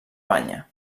banya